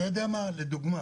אתה יודע מה, לדוגמה